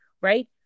right